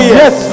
yes